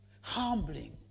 humbling